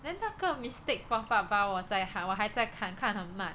then 那个 Mystic Pop Up Bar 我在我还在看看很慢